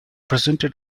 presented